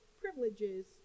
privileges